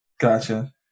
Gotcha